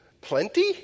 plenty